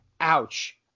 ouch